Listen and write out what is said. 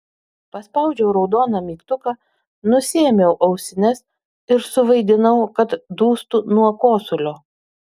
paspaudžiau raudoną mygtuką nusiėmiau ausines ir suvaidinau kad dūstu nuo kosulio